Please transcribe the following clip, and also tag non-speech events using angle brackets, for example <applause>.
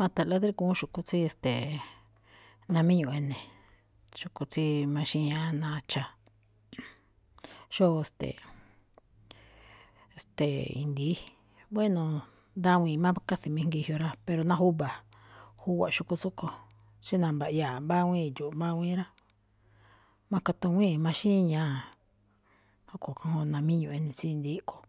Ma̱tha̱nꞌlaꞌ drígu̱ún xu̱kú tsí, e̱ste̱e̱, <hesitation> namíñuꞌ ene̱, xu̱kú tsí maxíña̱á nacha̱. <noise> xóo, e̱ste̱e̱, <hesitation> e̱ste̱e̱, i̱ndi̱í. Bueno, ndawii̱n má casi mijngi jyoꞌ rá, pero ná júba̱ júwa̱ꞌ xu̱kú tsúꞌkho̱. Xí náa mba̱ꞌyaa̱ꞌ mbáwíín idxu̱ꞌ mbáwíín rá, makatuwíi̱n maxíñáa̱. Rúꞌkho̱ kajngó namíñuꞌ ene̱ tsí i̱ndi̱í ꞌkho̱.